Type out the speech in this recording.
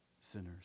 sinners